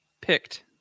picked